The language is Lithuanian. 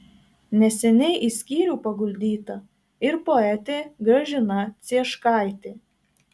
neseniai į skyrių paguldyta ir poetė gražina cieškaitė